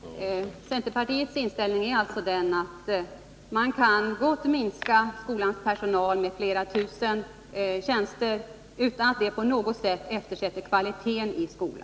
Herr talman! Centerpartiets inställning är alltså den att man gott kan dra in flera tusen tjänster i skolan utan att kvaliteten i skolan för den skull eftersätts.